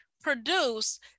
produce